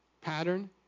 pattern